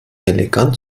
elegant